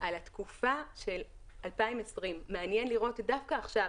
על התקופה של 2020. מעניין לראות דווקא עכשיו,